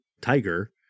Tiger